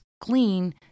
clean